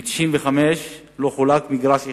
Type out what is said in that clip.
מ-1995 לא חולק מגרש אחד.